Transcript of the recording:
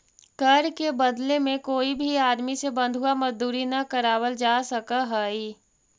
कर के बदले में कोई भी आदमी से बंधुआ मजदूरी न करावल जा सकऽ हई